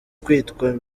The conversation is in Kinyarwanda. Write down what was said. kwitwa